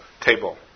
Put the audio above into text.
table